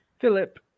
Philip